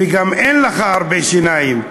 וגם אין לך הרבה שיניים.